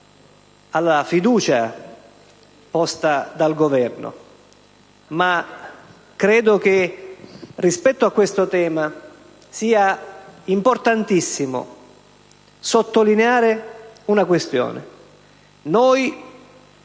di fiducia posta dal Governo, ma credo che rispetto a questo tema sia importantissimo sottolineare una questione.